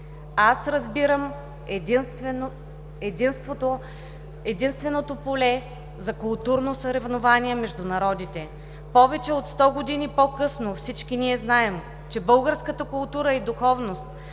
„Аз разбирам света единствено като поле за културно съревнование между народите.“ Повече от 100 години по-късно всички ние знаем, че българската култура и духовност